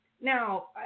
now